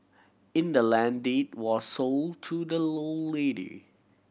in the land deed was sold to the lone lady